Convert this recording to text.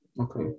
okay